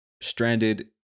stranded